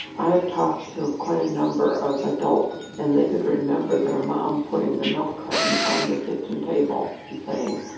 i have talked to quite a number of adults and they could remember their mom putting the milk carton on the kitchen table and saying,